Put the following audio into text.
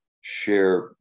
share